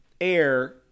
air